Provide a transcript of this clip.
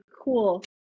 Cool